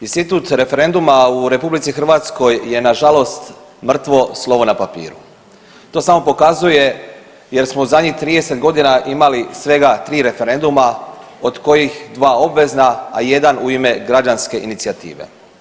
Institut referenduma u RH je nažalost mrtvo slovo na papiru, to samo pokazuje jer smo u zadnjih 30.g. imali svega 3 referenduma od kojih dva obvezna, a jedan u ime građanske inicijative.